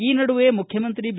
ಈ ನಡುವೆ ಮುಖ್ಯಮಂತ್ರಿ ಬಿ